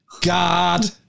God